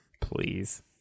please